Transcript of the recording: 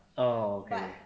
oh okay